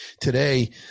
today